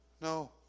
No